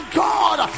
god